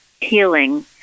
healing